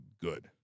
good